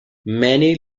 many